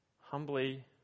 humbly